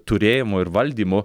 turėjimu ir valdymu